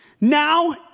Now